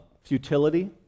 Futility